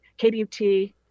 KBUT